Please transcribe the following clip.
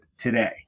today